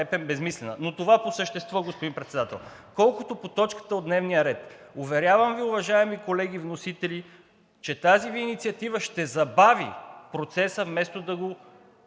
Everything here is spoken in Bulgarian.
безсмислена. Но това по същество, господин Председател. Колкото по точката от дневния ред – уверявам Ви, уважаеми колеги вносители, че тази Ви инициатива ще забави процеса, вместо да го